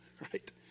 Right